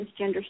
transgender